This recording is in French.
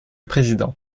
président